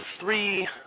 three